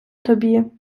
тобі